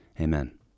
amen